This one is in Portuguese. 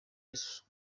isso